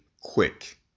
quick